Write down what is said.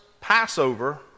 Passover